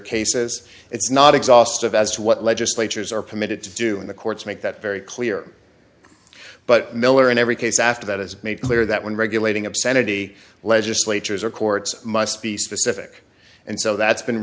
cases it's not exhaustive as to what legislatures are permitted to do in the courts make that very clear but miller in every case after that it's made clear that when regulating obscenity legislatures or courts must be specific and so that's been